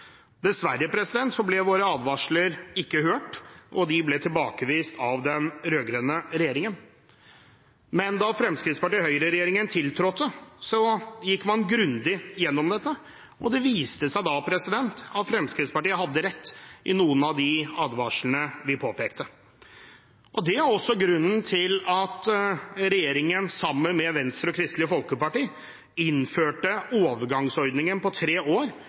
Dessverre ble våre advarsler ikke hørt, og de ble tilbakevist av den rød-grønne regjeringen. Da Fremskrittsparti–Høyre-regjeringen tiltrådte, gikk man grundig gjennom dette. Det viste seg da at Fremskrittspartiet hadde rett i noen av advarslene vi kom med. Det er også grunnen til at regjeringen sammen med Venstre og Kristelig Folkeparti innførte overgangsordningen på tre år,